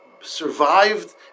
survived